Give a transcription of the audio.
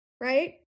right